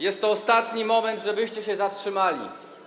Jest to ostatni moment, żebyście się zatrzymali.